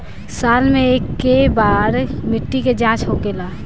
साल मे केए बार मिट्टी के जाँच होखेला?